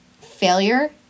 failure